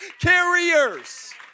carriers